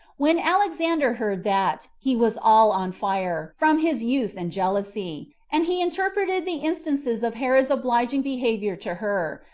when alexander heard that, he was all on fire, from his youth and jealousy and he interpreted the instances of herod's obliging behavior to her,